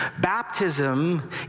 Baptism